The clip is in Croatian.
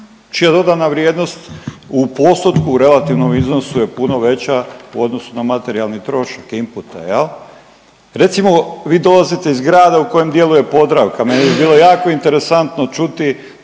čija dodana vrijednost u postotku u relativnom iznosu je puno veća u odnosu na materijalni trošak i inpute jel. Recimo vi dolazite iz grada u kojem djeluje „Podravka“, meni bi bilo jako interesantno čuti